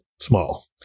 small